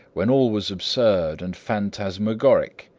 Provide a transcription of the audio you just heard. when all was absurd and phantasmagoric.